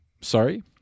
sorry